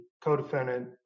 co-defendant